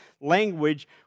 language